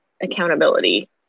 accountability